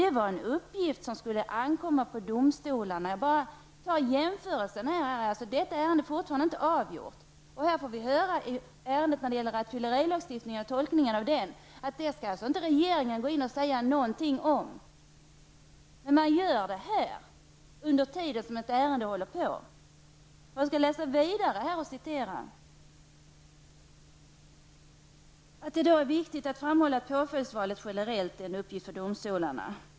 Det var en uppgift som enligt justitieministern skulle åläggas domstolarna. VM-kvalmatchen mot England på Råsunda är ännu inte avgjort. Men här får vi höra att regeringen inte skall säga något om hur rattfyllerilagen skall tolkas. Samtidigt gör man alltså en tolkning av lagens tillämpning innan ett ärende är avgjort. Justitieministern säger vidare: ''Det är viktigt att framhålla att påföljdsvalet generellt är en uppgift för domstolarna.